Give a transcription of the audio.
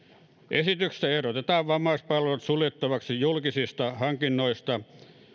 esityksessä ehdotetaan vammaispalvelut suljettavaksi julkisista hankinnoista